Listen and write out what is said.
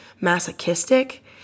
masochistic